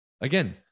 Again